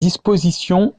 dispositions